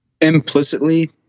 Implicitly